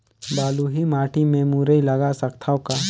बलुही माटी मे मुरई लगा सकथव का?